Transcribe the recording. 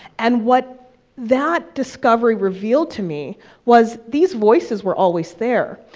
and what that discovery revealed to me was, these voices were always there.